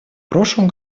прошлом